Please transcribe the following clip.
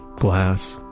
glass,